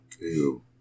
Ew